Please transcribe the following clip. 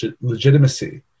legitimacy